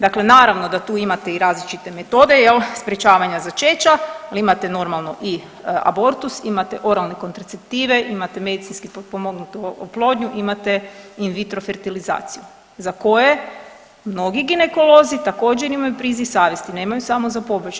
Dakle, naravno da tu imate i različite metode jel sprječavanja začeća, ali imate normalno i abortus, imate oralne kontraceptive, imate medicinski potpomognutu oplodnju, imate in vitro fertilizaciju za koje mnogi ginekolozi također imaju priziv savjesti, nemaju samo za pobačaj.